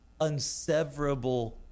unseverable